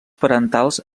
parentals